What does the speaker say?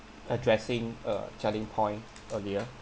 addressing uh jia-ling point earlier